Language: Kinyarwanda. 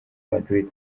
madrid